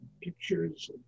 pictures